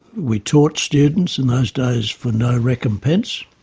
we taught students in those days for no recompense,